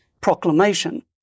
proclamation